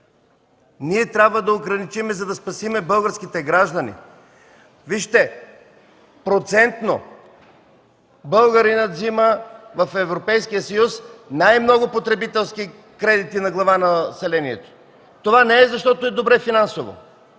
Ние трябва да ограничим, за да спасим българските граждани. Процентно българинът взима в Европейския съюз най-много потребителски кредити на глава от населението. Това не е, защото е добре финансово,